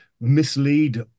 mislead